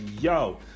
yo